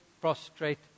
prostrate